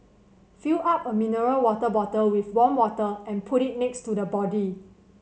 fill up a mineral water bottle with warm water and put it next to the body